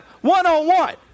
one-on-one